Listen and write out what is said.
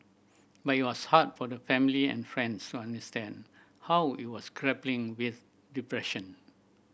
but it was hard for the family and friends to understand how it was grappling with depression